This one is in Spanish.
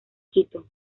quito